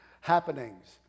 happenings